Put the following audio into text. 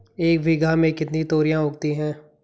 एक बीघा में कितनी तोरियां उगती हैं?